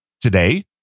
Today